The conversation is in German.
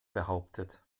behauptet